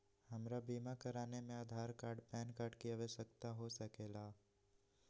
हमरा बीमा कराने में आधार कार्ड पैन कार्ड की आवश्यकता हो सके ला?